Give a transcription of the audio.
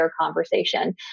conversation